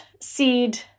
seed